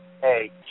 hey